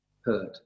hurt